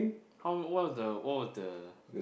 how what was the what was the